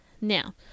now